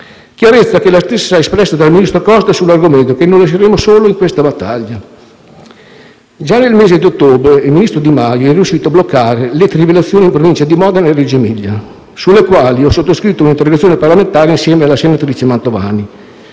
chiarezza che è la stessa espressa dal ministro Costa sull'argomento e che non lasceremo solo in questa battaglia. Già nel mese di ottobre il ministro Di Maio è riuscito a bloccare le trivellazioni in Provincia di Modena e Reggio Emilia, sulle quali ho sottoscritto una interrogazione parlamentare insieme alla senatrice Mantovani,